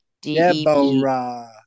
Deborah